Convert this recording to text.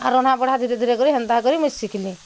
ଆର୍ ରନ୍ଧାବଢ଼ା ଧୀରେ ଧୀରେ ହେନ୍ତା କରି ମୁଇଁ ଶିଖଲିଁ